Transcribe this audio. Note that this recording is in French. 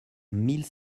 mille